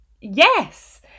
yes